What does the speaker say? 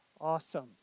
Awesome